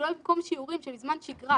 אולי במקום שיעורים שבזמן שגרה,